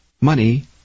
money